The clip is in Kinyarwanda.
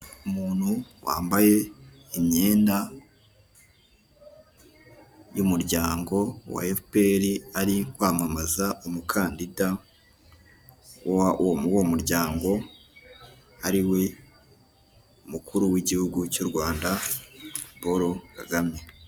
Umuntu wambaye imyenda y'umuryango wa efuperi ari kwamamaza umukandida wa uwo muryango ariwe umukuru w'igihugu cy'urwanda paul kagame.